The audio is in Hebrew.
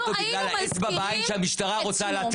לא היינו מזכירים את שמו.